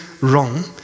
wrong